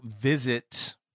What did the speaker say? visit